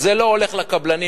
זה לא הולך לקבלנים,